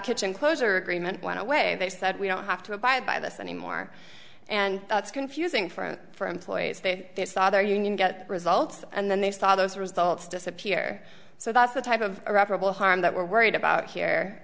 kitchen closer agreement went away they said we don't have to abide by this anymore and that's confusing front for employees they saw their union get results and then they saw those results disappear so that's the type of irreparable harm that we're worried about here